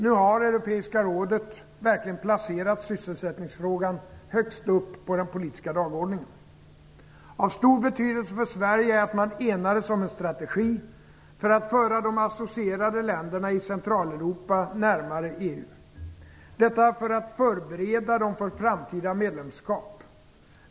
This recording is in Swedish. Nu har Europeiska rådet verkligen placerat sysselsättningsfrågan högst upp på den politiska dagordningen. Av stor betydelse för Sverige är att man enades om en strategi för att föra de associerade länderna i Centraleuropa närmare EU, detta för att förbereda dem för ett framtida medlemskap.